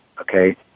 Okay